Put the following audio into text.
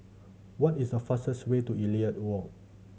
what is the fastest way to Elliot Walk